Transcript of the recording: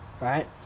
right